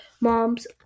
moms